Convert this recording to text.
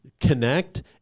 connect